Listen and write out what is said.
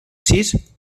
sis